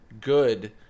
good